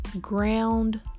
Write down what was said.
ground